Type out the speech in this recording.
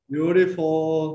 Beautiful